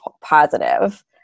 positive